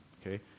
okay